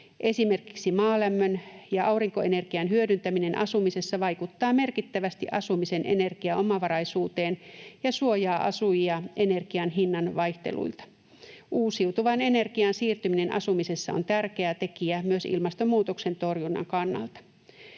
Esimerkiksi maalämmön ja aurinkoenergian hyödyntäminen asumisessa vaikuttaa merkittävästi asumisen energiaomavaraisuuteen ja suojaa asujia energian hinnan vaihteluilta. Uusiutuvaan energiaan siirtyminen asumisessa on tärkeä tekijä myös ilmastonmuutoksen torjunnan kannalta.